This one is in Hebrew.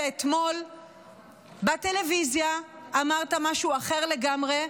ואתמול בטלוויזיה אמרת משהו אחר לגמרי,